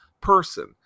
person